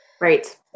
Right